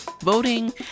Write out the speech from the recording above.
Voting